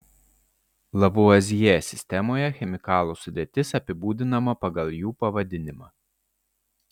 lavuazjė sistemoje chemikalų sudėtis apibūdinama pagal jų pavadinimą